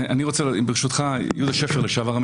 ברשותך, אני